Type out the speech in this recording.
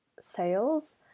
sales